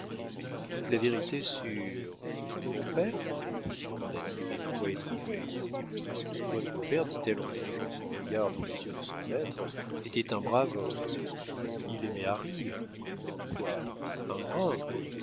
toute la vérité sur mon père demanda-t-il d'une voix étranglée votre père dit-elle en plongeant son regard dans les yeux de son maître était un brave homme il aimait à rire quoi un brin